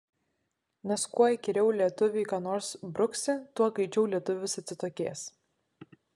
nes kuo įkyriau lietuviui ką nors bruksi tuo greičiau lietuvis atsitokės